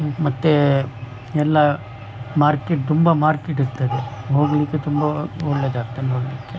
ಮತ್ತೇ ಎಲ್ಲ ಮಾರ್ಕೆಟ್ ತುಂಬ ಮಾರ್ಕೆಟ್ ಇರ್ತದೆ ನೋಡಲಿಕ್ಕೆ ತುಂಬ ಒಳ್ಳೆದಾಗ್ತದೆ ನೋಡಲಿಕ್ಕೆ